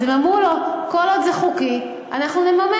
אז הם אמרו לו: כל עוד זה חוקי, אנחנו נממן.